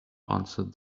answered